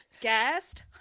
guest